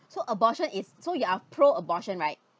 so abortion is so you are pro abortion right